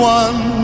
one